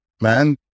man